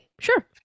sure